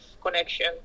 connection